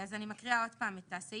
אז אני מקריאה עוד פעם את הסעיף,